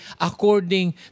according